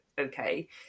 okay